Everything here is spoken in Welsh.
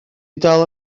dal